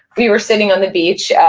we were sitting on the beach,